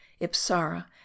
Ipsara